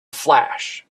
flash